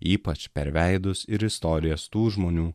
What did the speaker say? ypač per veidus ir istorijas tų žmonių